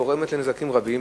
גורמת נזקים רבים.